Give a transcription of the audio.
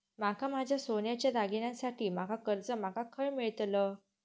माका माझ्या सोन्याच्या दागिन्यांसाठी माका कर्जा माका खय मेळतल?